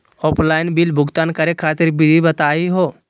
Offline bill भुगतान करे खातिर विधि बताही हो?